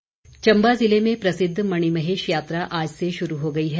मणिमहेश यात्रा चंबा जिले में प्रसिद्ध मणिमहेश यात्रा आज से शुरू हो गई है